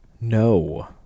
No